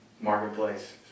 marketplace